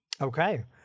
Okay